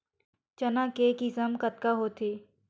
चना के किसम कतका होथे?